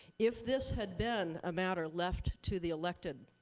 if this had been a matter left to the elected